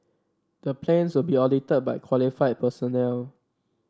the plans will be audited by qualified personnel